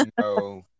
No